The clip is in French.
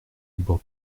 libre